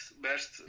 best